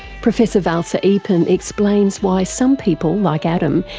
professor valsa eapen explains why some people, like adam,